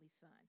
son